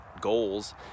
goals